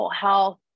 health